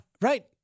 Right